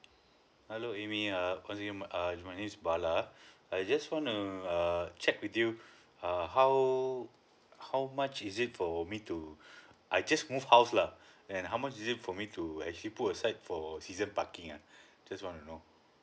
hello amy ah housing err my name is bala I just want to err check with you uh how how much is it for me to I just move house lah and how much is it for me to actually put aside for for season parking ah just want to know